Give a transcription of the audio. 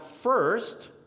first